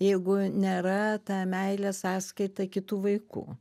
jeigu nėra ta meilė sąskaita kitų vaikų